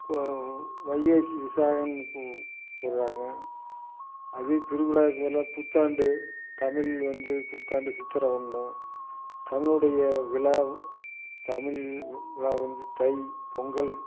வைகாசி விசாகம்னு கூறாங்க அது திருவிழாவுக்கு பதிலாக புத்தாண்டு தமிழ் வந்து புத்தாண்டு சித்திரை ஒன்று தமிழனுடைய விழா தமிழ்விழா வந்து தை பொங்கல்